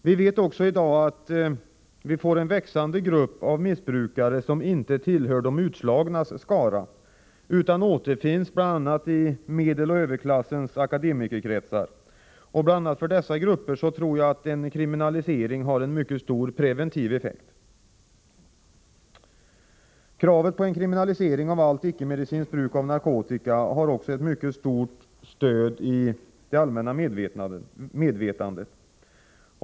Vi vet också att vi i dag får en växande grupp av narkotikamissbrukare som inte tillhör de utslagnas skara utan återfinns bl.a. i medeloch överklassens akademikerkretsar. Bl. a. för dessa grupper tror jag att en kriminalisering har en mycket stor preventiv effekt. Kravet på en kriminalisering av allt icke-medicinskt bruk av narkotika har ett mycket stort stöd i det allmänna medvetandet.